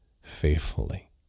faithfully